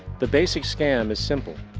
the basic scam is simple.